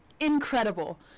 Incredible